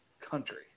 country